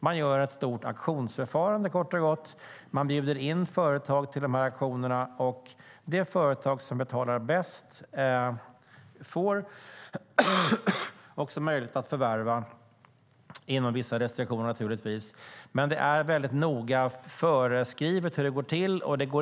Det är ett auktionsförfarande, kort och gott. Man bjuder in företag till de här auktionerna, och det företag som betalar bäst får också möjlighet att förvärva, med vissa restriktioner naturligtvis. Det är noga föreskrivet hur det går till.